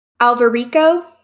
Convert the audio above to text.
Alvarico